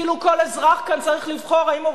כאילו כל אזרח כאן צריך לבחור אם הוא